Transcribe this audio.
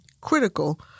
critical